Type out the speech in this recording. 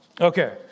okay